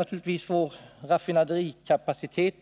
a. behöver vår raffinaderikapacitet